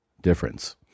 difference